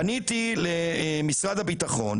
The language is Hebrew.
פניתי למשרד הביטחון